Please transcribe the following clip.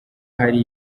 hari